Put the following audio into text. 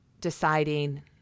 deciding